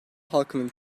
halkının